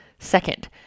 Second